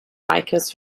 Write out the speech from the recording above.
bikers